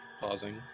pausing